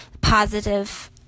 positive